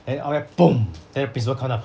then after that boom then principal come down